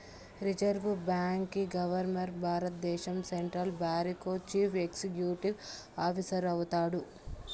reserve బాంకీ governor భారద్దేశం central బారికో చీఫ్ ఎక్సిక్యూటివ్ ఆఫీసరు అయితాడు